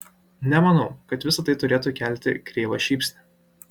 nemanau kad visa tai turėtų kelti kreivą šypsnį